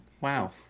wow